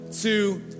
two